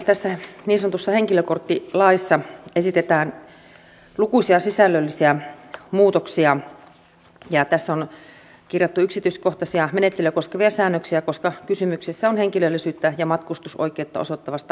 tässä niin sanotussa henkilökorttilaissa esitetään lukuisia sisällöllisiä muutoksia ja tässä on kirjattu yksityiskohtaisia menettelyjä koskevia säännöksiä koska kysymyksessä on henkilöllisyyttä ja matkustusoikeutta osoittava asiakirja